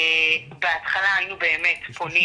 בהתחלה היינו באמת פונים